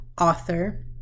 author